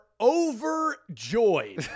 overjoyed